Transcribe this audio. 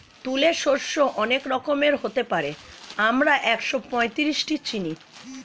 তুলে শস্য অনেক রকমের হতে পারে, আমরা একশোপঁয়ত্রিশটি চিনি